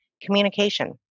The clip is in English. communication